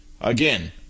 Again